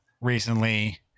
recently